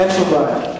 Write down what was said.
אין שום בעיה.